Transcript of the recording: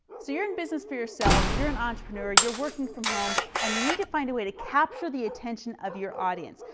so you're in business for yourself, you're an entrepreneur, you're working from home and you need to find a way to capture the attention of your audience.